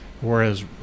whereas